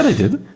and did.